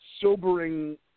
sobering